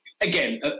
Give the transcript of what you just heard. again